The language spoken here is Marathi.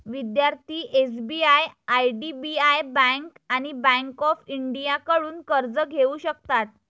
विद्यार्थी एस.बी.आय आय.डी.बी.आय बँक आणि बँक ऑफ इंडियाकडून कर्ज घेऊ शकतात